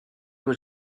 were